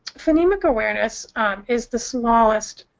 phonemic awareness is the smallest